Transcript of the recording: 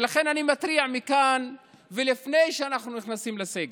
ולכן אני מתריע מכאן, לפני שאנחנו נכנסים לסגר,